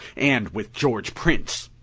and with george prince!